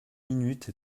minutes